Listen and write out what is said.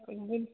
ओरैनो